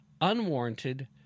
unwarranted